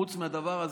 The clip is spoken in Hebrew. חוץ מהדבר הזה,